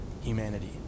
humanity